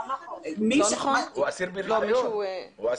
הוא אסיר ברישיון.